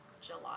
July